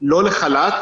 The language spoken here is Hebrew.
לא לחל"ת,